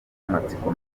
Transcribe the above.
amatsiko